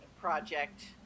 project